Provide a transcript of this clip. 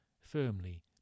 firmly